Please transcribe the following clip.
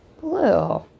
blue